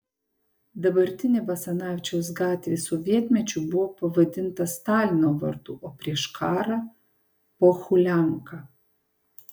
dabartinė basanavičiaus gatvė sovietmečiu buvo pavadinta stalino vardu o prieš karą pohulianka